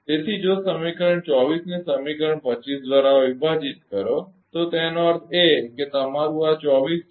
તેથી જો સમીકરણ 24 ને સમીકરણ 25 દ્વારા વિભાજીત કરો તો તેનો અર્થ એ કે તમારું આ 24 છે